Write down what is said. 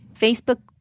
Facebook